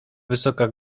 wysoka